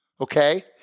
Okay